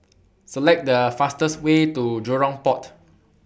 Select The fastest Way to Jurong Port